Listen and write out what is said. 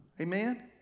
Amen